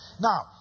Now